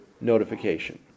notification